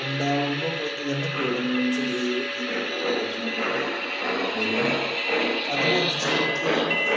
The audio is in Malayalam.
ഉണ്ടാകുമ്പോൾ ഒത്തുതന്നെ കീടങ്ങളും ക്ഷുദ്രജീവികളും ജന്തുക്കളും ഒക്കെ വരുന്നുണ്ട് വരും അതിനെ അതിജീവിക്കാൻ